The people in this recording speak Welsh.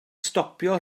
stopio